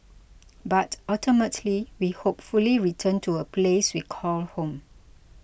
but ultimately we hopefully return to a place we call home